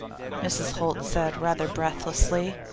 mrs. holt said rather breathlessly,